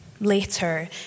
Later